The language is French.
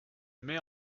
mets